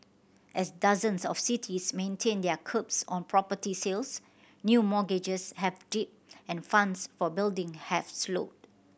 as dozens of cities maintain their curbs on property sales new mortgages have dipped and funds for building have slowed